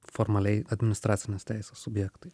formaliai administracinės teisės subjektai